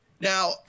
Now